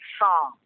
song